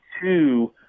two